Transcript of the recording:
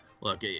Look